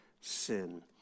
sin